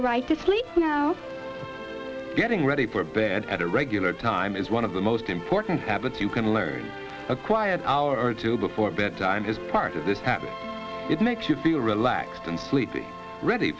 now getting ready for bed at a regular time is one of the most important habits you can learn a quiet hour or two before bedtime is part of this habit it makes you feel relaxed and sleepy rea